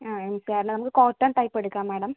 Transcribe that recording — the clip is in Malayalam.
ആ സാരമില്ല നമുക്ക് കോട്ടൺ ടൈപ്പ് എടുക്കാം മേഡം